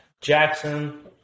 Jackson